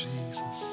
Jesus